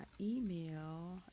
email